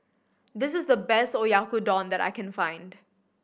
this is the best Oyakodon that I can find